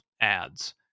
ads